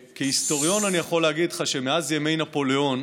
כהיסטוריון אני יכול להגיד לך שמאז ימי נפוליאון